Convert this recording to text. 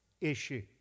issue